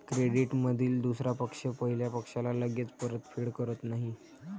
क्रेडिटमधील दुसरा पक्ष पहिल्या पक्षाला लगेच परतफेड करत नाही